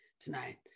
tonight